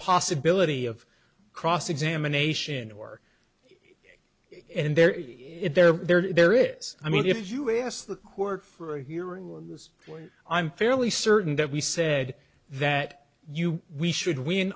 possibility of cross examination or and there is if there is i mean if you asked the court for a hearing on this one i'm fairly certain that we said that you we should win